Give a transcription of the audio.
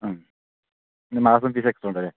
മ് പിന്നെ മാസം ഫീസ് എക്സ്ട്രാ ഉണ്ടല്ലേ